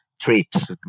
trips